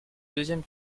deuxième